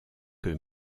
que